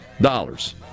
dollars